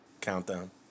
Countdown